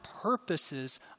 purposes